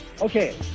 Okay